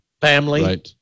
Family